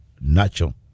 natural